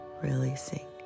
releasing